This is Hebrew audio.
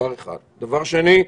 דבר שני,